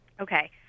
Okay